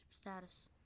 status